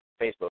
Facebook